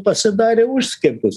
pasidarė už skiepus